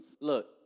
Look